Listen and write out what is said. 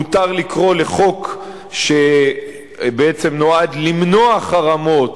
מותר לקרוא לחוק שבעצם נועד למנוע חרמות,